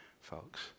Folks